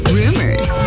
rumors